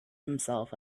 himself